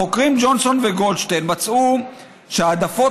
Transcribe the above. החוקרים ג'ונסון וגולדשטיין מצאו שההעדפות